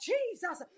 Jesus